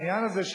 העניין הזה,